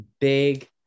big